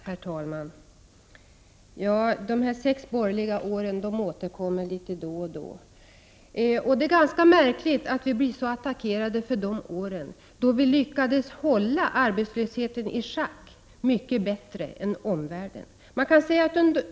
Herr talman! De sex borgerliga åren återkommer man till litet då och då. Det är ganska märkligt att vi blir så attackerade för de åren, då vi mycket bättre än omvärlden lyckades hålla arbetslösheten i schack.